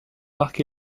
parcs